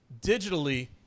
digitally